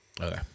Okay